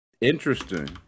Interesting